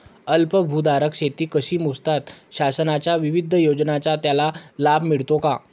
अल्पभूधारक शेती कशी मोजतात? शासनाच्या विविध योजनांचा त्याला लाभ मिळतो का?